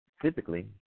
physically